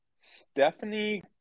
Stephanie